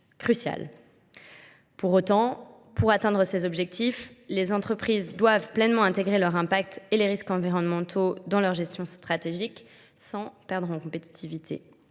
Pour autant, pour atteindre ces objectifs, les entreprises doivent pleinement intégrer leurs impacts et les risques environnementaux dans leur gestion stratégique sans perdre en compétitivité.